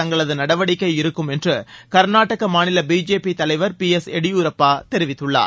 தங்களது நடவடிக்கை இருக்கும் என்று கர்நாடக மாநில பிஜேபி தலைவர் திரு பி எஸ் எடியூரப்பா தெரிவித்துள்ளார்